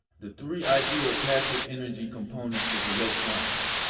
the three ideal passive energy components of electronics,